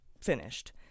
finished